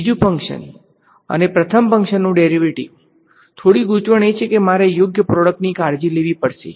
બીજું ફંક્શન અને પ્રથમ ફંક્શનનું ડેરીવેટીવથોડી ગૂંચવણ એ છે કે મારે યોગ્ય પ્રોડક્ટ ની કાળજી લેવી પડશે